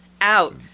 out